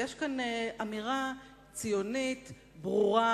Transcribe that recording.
ויש כאן אמירה ציונית ברורה,